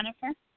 Jennifer